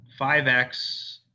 5X